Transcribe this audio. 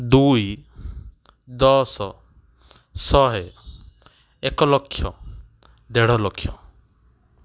ଦୁଇ ଦଶ ଶହେ ଏକ ଲକ୍ଷ ଦେଢ଼ ଲକ୍ଷ